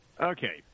Okay